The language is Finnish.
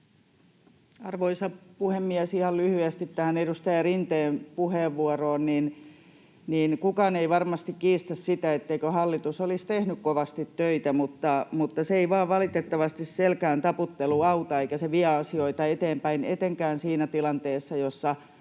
Arvoisa puhemies! Ihan lyhyesti tähän edustaja Rinteen puheenvuoroon: Kukaan ei varmasti kiistä sitä, etteikö hallitus olisi tehnyt kovasti töitä, mutta valitettavasti selkään taputtelu ei vain auta eikä se vie asioita eteenpäin etenkään siinä tilanteessa, kun